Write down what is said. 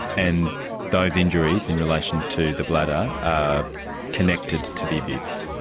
and those injuries in relation to the bladder are connected to the abuse?